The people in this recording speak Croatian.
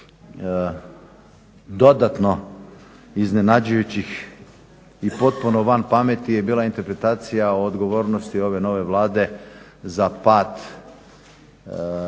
dodatno iznenađujućih i potpuno van pameti je bila interpretacija o odgovornosti ove nove Vlade za pad